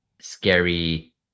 scary